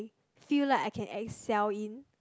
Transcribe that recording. feel like I can Excel in